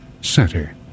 Center